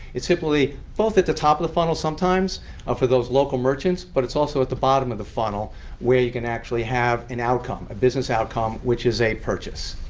is typically both at the top of the funnel sometimes for those local merchants. but it's also at the bottom of the funnel where you can actually have an outcome, a business outcome which is a purchase.